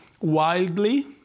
wildly